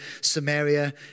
Samaria